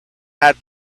had